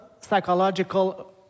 psychological